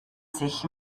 sich